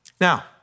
Now